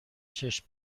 چشم